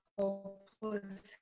hopeless